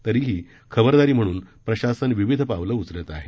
तरीही खबरदारी म्हणून प्रशासन विविध पावलं उचलत आहे